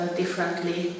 differently